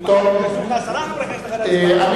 כי מחר ייכנסו לך עשרה חברי כנסת אחרי ההצבעה.